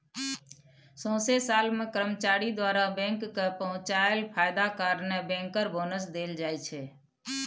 सौंसे साल मे कर्मचारी द्वारा बैंक केँ पहुँचाएल फायदा कारणेँ बैंकर बोनस देल जाइ छै